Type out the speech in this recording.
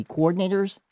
Coordinators